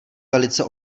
velice